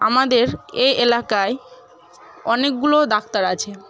আমাদের এই এলাকায় অনেকগুলো ডাক্তার আছে